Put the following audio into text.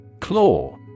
Claw